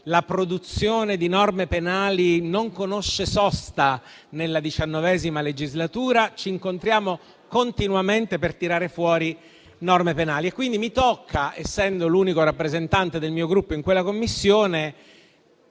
la produzione di norme penali non conosce sosta nella XIX legislatura. Ci incontriamo continuamente per tirare fuori norme penali. E quindi mi tocca, essendo l'unico rappresentante del mio Gruppo in quella Commissione,